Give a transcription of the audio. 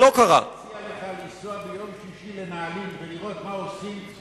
אני מציע לך לנסוע ביום שישי לנעלין ולראות מה עושים,